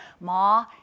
Ma